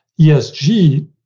ESG